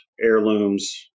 heirlooms